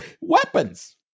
weapons